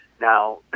Now